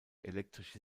elektrische